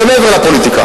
זה מעבר לפוליטיקה.